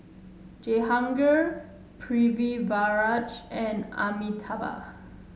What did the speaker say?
Jehangirr Pritiviraj and Amitabh